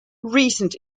recent